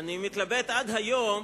אני מתלבט עד היום,